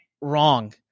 wrong